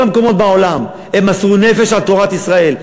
בכל המקומות בעולם הם מסרו נפש על תורת ישראל.